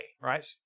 right